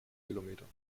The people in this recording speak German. kilometern